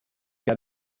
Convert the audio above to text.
been